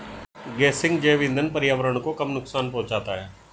गेसिंग जैव इंधन पर्यावरण को कम नुकसान पहुंचाता है